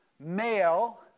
Male